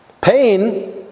Pain